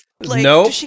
No